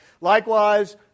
Likewise